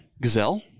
Gazelle